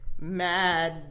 mad